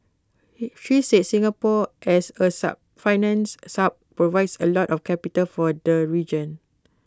she said Singapore as A sub financial hub provides A lot of capital for the region